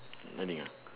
sliding ah